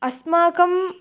अस्माकं